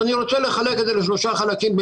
אני רוצה לחלק את זה לשלושה חלקים: